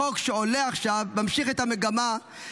החוק שעולה עכשיו ממשיך את המגמה -- תודה רבה.